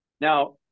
now